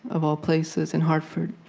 of all places, in hartford.